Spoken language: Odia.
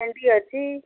ଭେଣ୍ଡି ଅଛି